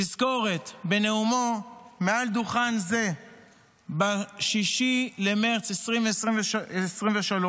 תזכורת: בנאומו מעל דוכן זה ב-6 במרץ 2023,